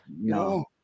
No